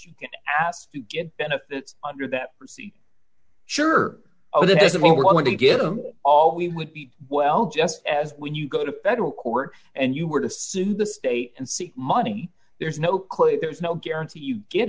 you can ask to get benefits under that sure oh this isn't what i want to give them all we would be well just as when you go to federal court and you were to sue the state and see money there's no claim there's no guarantee you get